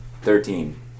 Thirteen